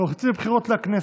אם אנחנו יוצאים לבחירות לכנסת,